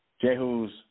Jehu's